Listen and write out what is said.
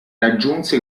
raggiunse